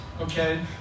Okay